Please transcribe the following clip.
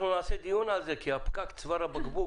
אנחנו נעשה דיון על זה, כי הפקק, צוואר הבקבוק.